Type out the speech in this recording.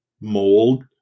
mold